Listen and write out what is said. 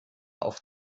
auf